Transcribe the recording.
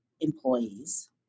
employees